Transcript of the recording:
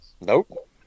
Nope